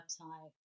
website